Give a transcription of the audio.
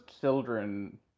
children